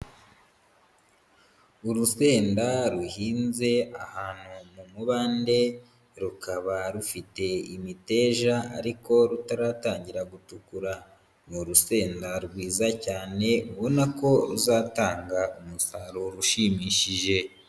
Urusenda ruhinze ahantu mu mubande rukaba rufite imiteja ariko rutaratangira gutukura, ni urusenda rwiza cyane ubona ko ruzatanga umusaruro ushimishije.